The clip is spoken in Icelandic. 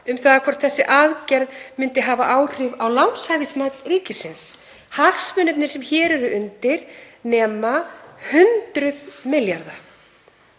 um það hvort þessi aðgerð myndi hafa áhrif á lánshæfismat ríkisins? Hagsmunirnir sem hér eru undir nema hundruðum milljarða.